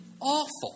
awful